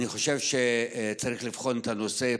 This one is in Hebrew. אני חושב שצריך לבחון את הנושא.